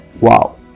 wow